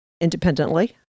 independently